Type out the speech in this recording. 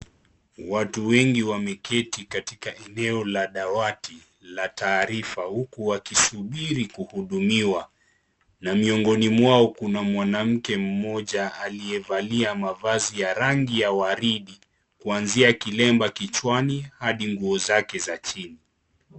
Watu wengi wameketi katika eneo la dawati la taarifa huku wakisubiri kuhudumiwa, na miongoni mwao kuna mwanamke mmoja aliyevalia mavazi ya rangi ya waridi kuanzia kilemba kichwani hadi nguo zake za chini.